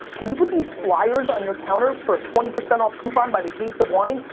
can you put these flyers on your counter, for a twenty percent off coupon by the case of wine?